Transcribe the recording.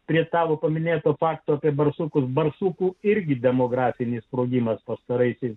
prie tavo paminėtų faktų apie barsukus barsukų irgi demografinį sprogimą pastaraisiais